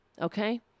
okay